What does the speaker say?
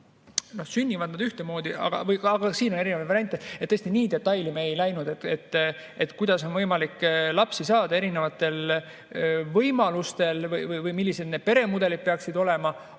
noh, sünnivad nad ühtemoodi, aga ka siin on erinevaid variante. Tõesti, nii detailidesse me ei läinud, et kuidas on võimalik lapsi saada erineval moel või millised peremudelid peaksid olema.